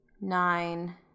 nine